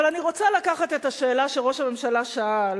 אבל אני רוצה לשאול את השאלה שראש הממשלה שאל